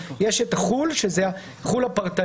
יש החו"ל הפרטני,